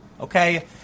Okay